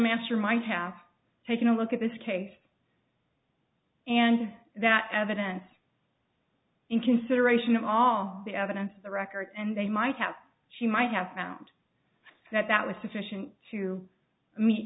master might have taken a look at this case and that evidence in consideration of all the evidence the records and they might have she might have found that that was sufficient to me